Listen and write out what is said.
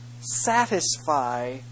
satisfy